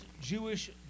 Jewish